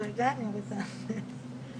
היושב-ראש.